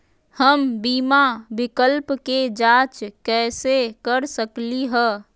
हम बीमा विकल्प के जाँच कैसे कर सकली ह?